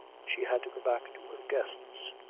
she had to go back to her guests.